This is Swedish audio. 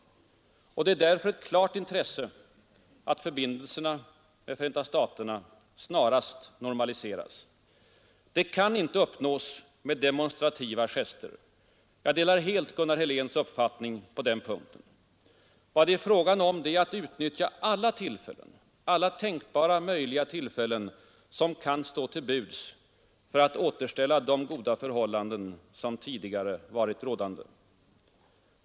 Det är därför ett klart svenskt intresse att våra förbindelser med Förenta staterna snarast normaliseras. Detta kan inte uppnås med demonstrativa gester. Jag delar helt Gunnar Heléns uppfattning på den punkten. Det är fråga om att utnyttja alla tänkbara tillfällen som kan stå till buds för att återställa de goda förhållanden som tidigare varit rådande.